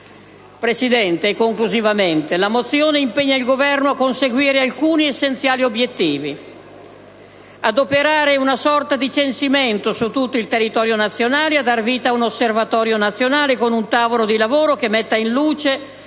Presidente, la mozione impegna il Governo a conseguire alcuni essenziali obiettivi: ad operare una sorta di censimento su tutto il territorio nazionale; a dare vita a un osservatorio nazionale con un tavolo di lavoro che metta in luce